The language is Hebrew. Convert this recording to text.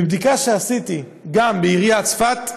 מבדיקה שעשיתי גם בעיריית צפת,